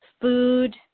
food